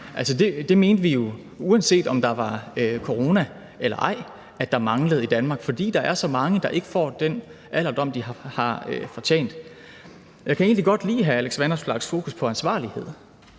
i Danmark, uanset om der var corona eller ej, fordi der er så mange, der ikke får den alderdom, de har fortjent. Jeg kan egentlig godt lide hr. Alex Vanopslaghs fokus på ansvarlighed,